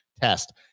test